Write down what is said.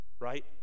right